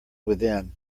within